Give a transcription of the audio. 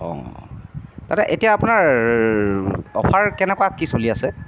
অঁ দাদা এতিয়া আপোনাৰ অ'ফাৰ কেনেকুৱা কি চলি আছে